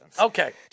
Okay